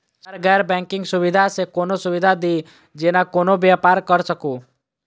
Sir गैर banking सुविधा सँ कोनों सुविधा दिए जेना कोनो व्यापार करऽ सकु?